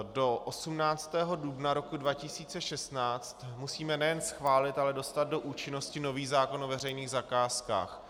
Do 18. dubna roku 2016 musíme nejen schválit, ale dostat do účinnosti nový zákon o veřejných zakázkách.